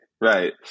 Right